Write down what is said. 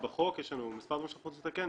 יש לנו מספר דברים לתקן.